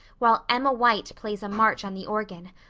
while emma white plays a march on the organ.